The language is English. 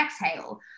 exhale